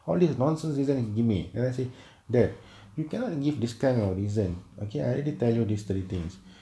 holiday nonsense isn't and give me and she say that you cannot give this kind of reason okay I already tell you this three things